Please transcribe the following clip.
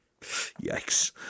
Yikes